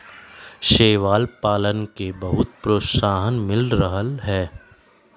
शैवाल पालन के बहुत प्रोत्साहन मिल रहले है